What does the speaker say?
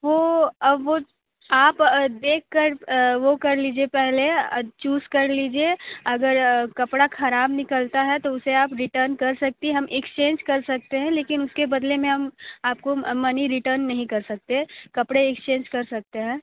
वह वो आप देखकर वो कर लीजिए पहले चूज़ कर लीजिए अगर कपड़ा खराब निकलता है तो उसे आप रिटर्न कर सकती हैं हम एक्सचेंज कर सकते हैं लेकिन उसके बदले में हम आपको मनी रिटर्न रिटर्न नहीं कर सकते कपड़े रिटर्न कर सकते हैं